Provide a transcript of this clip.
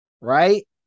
right